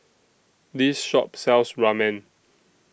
This Shop sells Ramen